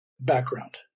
background